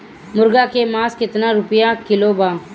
मुर्गी के मांस केतना रुपया किलो बा?